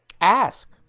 Ask